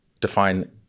define